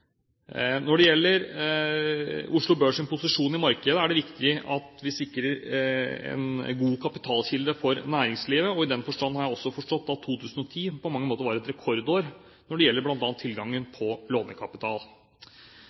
Når det gjelder Oslo Børs’ posisjon i markedet, er det viktig at vi sikrer en god kapitalkilde for næringslivet, og i den forstand har jeg også forstått at 2010 på mange måter var et rekordår når det gjelder bl.a. tilgangen på lånekapital.